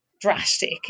drastic